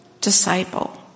disciple